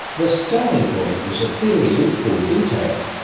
the starting point is a theory in full detail,